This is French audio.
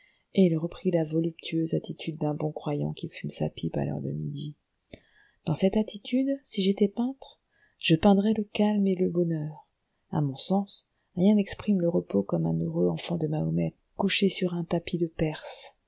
et il reprit la voluptueuse attitude d'un bon croyant qui fume sa pipe à l'heure de midi dans cette attitude si j'étais peintre je peindrais le calme et le bonheur à mon sens rien n'exprime le repos comme un heureux enfant de mahomet couché sur un tapis de perse